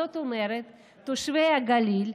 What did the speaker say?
זאת אומרת שתושבי הגליל,